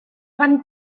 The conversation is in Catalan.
van